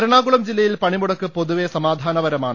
എറണാകുളം ജില്ലയിൽ പണിമുടക്ക് പൊതുവെ സമാധാനപരമാണ്